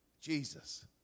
Jesus